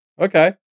okay